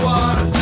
one